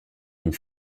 une